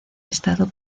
estado